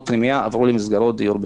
פנימייה עברו למסגרות דיור בקהילה.